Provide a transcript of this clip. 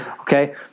Okay